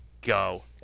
go